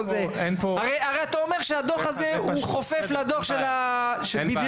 הרי אתה אומר שהדו"ח הזה חופף לדו"ח של ה-BDO.